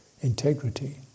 integrity